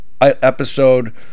episode